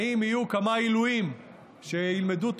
האם יהיו כמה עילויים שילמדו תורה?